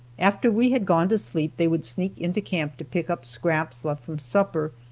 after we had gone to sleep, they would sneak into camp to pick up scraps left from supper,